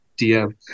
DM